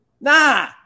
nah